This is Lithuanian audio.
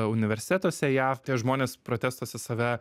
universitetuose jav tie žmonės protestuose save